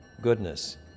goodness